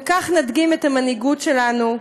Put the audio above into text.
וכך נדגים את המנהיגות שלנו,